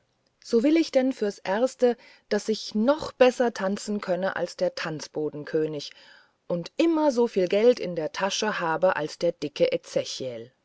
so will ich denn fürs erste daß ich noch besser tanzen könne als der tanzbodenkönig und jedesmal noch einmal soviel geld ins wirtshaus bringe als er du